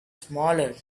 smaller